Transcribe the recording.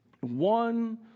One